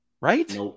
right